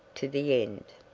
to the end.